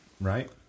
right